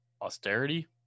austerity